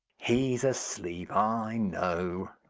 he's asleep i know.